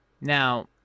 now